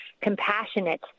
Compassionate